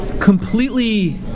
completely –